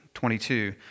Twenty-two